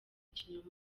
ikinyoma